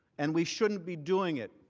and we shouldn't be doing it.